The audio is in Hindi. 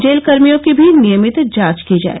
जेलकर्मियों की भी नियमित जांच की जाय